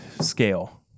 scale